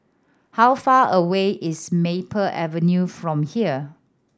how far away is Maple Avenue from here